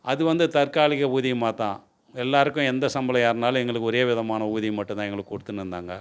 அது வந்து தற்காலிக ஊதியமாகத்தான் எல்லோருக்கும் எந்த சம்பளம் ஏறினாலும் எங்களுக்கு ஒரே விதமான ஊதியம் மட்டுந்தான் எங்களுக்கு கொடுத்துன்னுருந்தாங்க